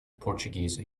portuguese